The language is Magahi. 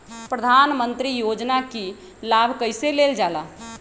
प्रधानमंत्री योजना कि लाभ कइसे लेलजाला?